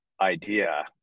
Idea